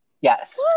Yes